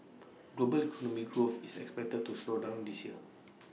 global economic growth is expected to slow down this year